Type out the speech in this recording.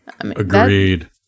Agreed